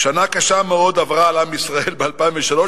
שנה קשה מאוד עברה על עם ישראל ב-2003,